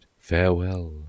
Farewell